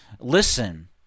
Listen